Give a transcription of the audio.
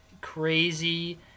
crazy